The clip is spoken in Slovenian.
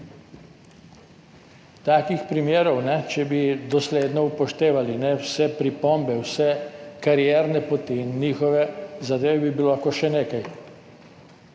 Takih primerov, če bi dosledno upoštevali vse pripombe, vse karierne poti in njihove zadeve, bi bilo lahko še nekaj.